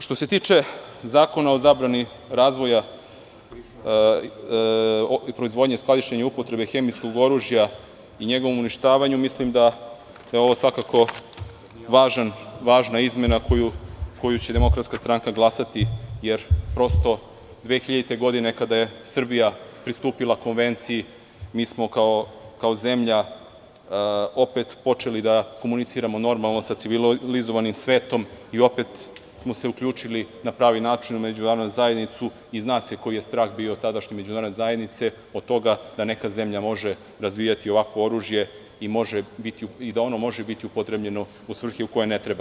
Što se tiče Zakona o zabrani razvoja, proizvodnje, skladištenja i upotrebe hemijskog oružja i njegovom uništavanju, mislim da je ovo svakako važna izmena za koju će DS glasati, jer prosto 2000. godine, kada je Srbija pristupila Konvenciji, mi smo kao zemlja opet počeli da komuniciramo normalno sa civilizovanim svetom i opet smo se uključili na pravi način u međunarodnu zajednicu i zna se koji je strah bio tadašnje međunarodne zajednice od toga da neka zemlja može razvijati ovakvo oružje i da ono može biti upotrebljeno u svrhe u koje ne treba.